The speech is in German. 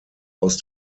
aus